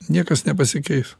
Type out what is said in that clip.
niekas nepasikeis